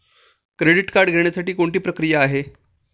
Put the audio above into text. Credit card घेण्यासाठी कोणती प्रक्रिया आहे?